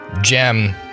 gem